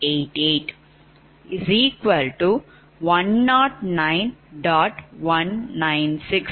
196